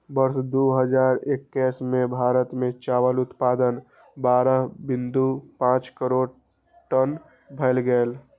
वर्ष दू हजार एक्कैस मे भारत मे चावल उत्पादन बारह बिंदु पांच करोड़ टन भए गेलै